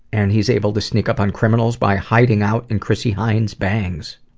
and he's able to sneak up on criminals by hiding out in chrissie hynde's bangs.